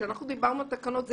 שכשאנחנו דיברנו על תקנות,